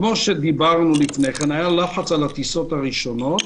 כמו שדיברנו לפני כן, היה לחץ על הטיסות הראשונות,